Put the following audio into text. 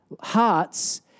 hearts